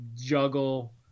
juggle